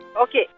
Okay